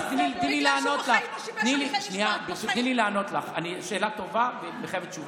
בגלל שהוא בחיים לא שיבש הליכי משפט.